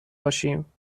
باشیم